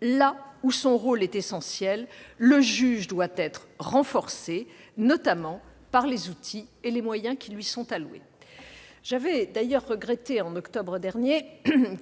là où son rôle est essentiel, le juge doit être renforcé, notamment par les outils et les moyens qui lui sont alloués. J'avais d'ailleurs regretté, en octobre dernier,